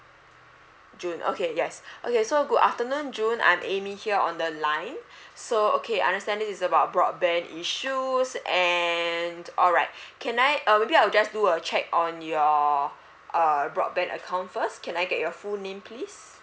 june okay yes okay so good afternoon june I'm amy here on the line so okay understand this is about broadband issues and all right can I uh maybe I'll just do a check on your uh broadband account first can I get your full name please